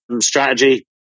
strategy